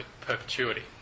perpetuity